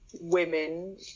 women